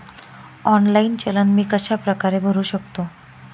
Online चलन मी कशाप्रकारे भरु शकतो?